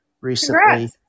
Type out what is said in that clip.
Recently